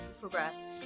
progressed